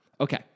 Okay